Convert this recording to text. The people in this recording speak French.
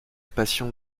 passion